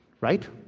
right